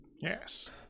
Yes